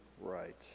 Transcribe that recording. right